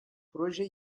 proje